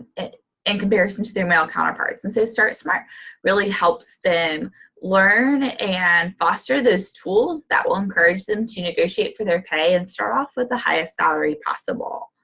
and comparison to their male counterparts. and so, start smart really helps them learn and foster those tools that will encourage them to negotiate for their pay and start off with the highest salary possible.